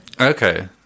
Okay